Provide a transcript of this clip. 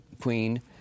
queen